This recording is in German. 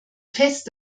fest